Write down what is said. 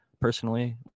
Personally